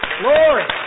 Glory